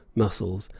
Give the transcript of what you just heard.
mussels,